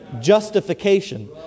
Justification